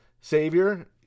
savior